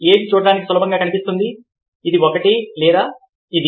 ఏది చూడడానికి సులభంగా కనిపిస్తుంది ఇది ఒకటి లేదా ఇది